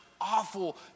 Awful